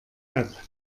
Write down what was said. app